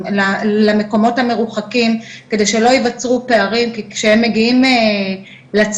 למקומות המרוחקים כדי שלא יווצרו פערים כי כשהם מגיעים לצבא,